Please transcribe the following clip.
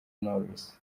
knowless